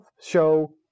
show